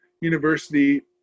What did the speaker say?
University